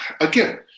again